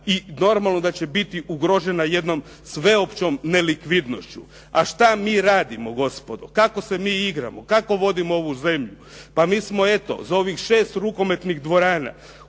i normalno da će biti ugrožena jednom sveopćom nelikvidnošću. A šta mi radimo gospodo? Kako se mi igramo? Kako vodimo ovu zemlju? Pa mi smo eto za ovih šest rukometnih dvorana